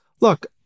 look